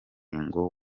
ngo